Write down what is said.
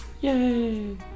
Yay